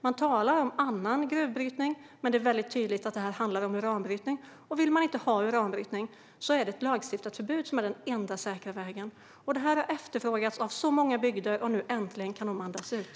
Hon talar om annan gruvbrytning, men det är väldigt tydligt att det här handlar om uranbrytning. Om man inte vill ha uranbrytning är ett lagstiftat förbud den enda säkra vägen. Detta har efterfrågats i så många bygder. Nu kan de äntligen andas ut.